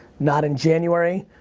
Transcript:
not in january.